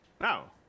No